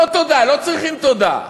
לא תודה, לא צריכים תודה.